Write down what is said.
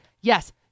Yes